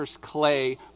Clay